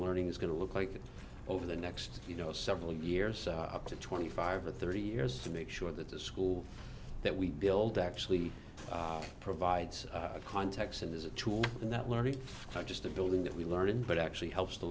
learning is going to look like over the next you know several years up to twenty five or thirty years to make sure that the school that we build actually provides a context and is a tool in that learning just the building that we learned but actually helps the